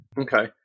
Okay